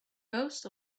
most